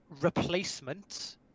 replacement